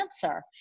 cancer